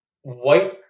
white